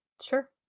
Sure